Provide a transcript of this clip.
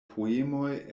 poemoj